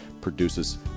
produces